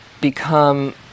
become